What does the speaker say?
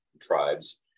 tribes